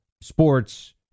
sports